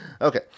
Okay